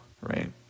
right